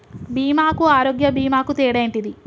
బీమా కు ఆరోగ్య బీమా కు తేడా ఏంటిది?